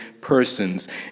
persons